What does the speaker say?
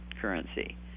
currency